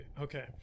Okay